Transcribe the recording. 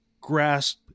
grasp